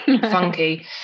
funky